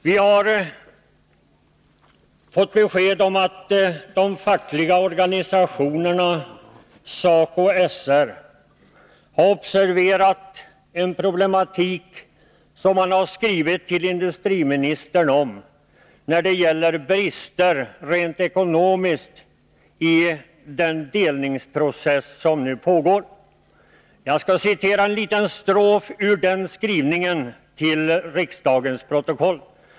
Vi har fått besked om att de fackliga organisationerna SACO och SR har observerat en problematik, som man har skrivit till industriministern om, beträffande brister rent ekonomiskt vid den delningsprocess som nu pågår. Jag skall citera en liten strof ur den skrivelsen till riksdagens protokoll.